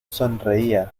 sonreía